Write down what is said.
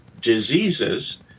diseases